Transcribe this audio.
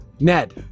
Ned